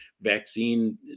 vaccine